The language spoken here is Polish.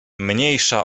mniejsza